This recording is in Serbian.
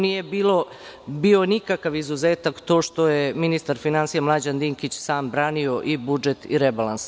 Nije bio nikakav izuzetak to što je ministar finansija Mlađan Dinkić sam branio i budžet i rebalans.